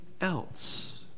else